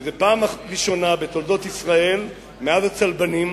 שזו פעם ראשונה בתולדות ישראל מאז הצלבנים,